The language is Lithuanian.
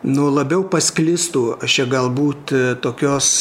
nu labiau pasklistų aš čia galbūt tokios